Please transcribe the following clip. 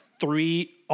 three